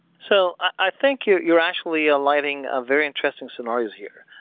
so i think you're you're actually aligning a very interesting scenario here.